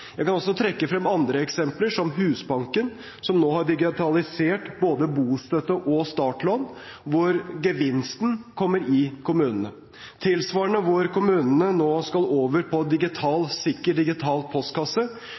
Jeg kan også trekke frem andre eksempler, som Husbanken, som nå har digitalisert både bostøtte og startlån, hvor gevinsten kommer i kommunene – og tilsvarende at kommunene nå skal over på sikker digital postkasse,